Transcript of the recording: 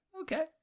Okay